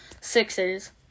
Sixers